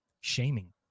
shaming